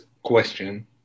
question